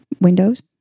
windows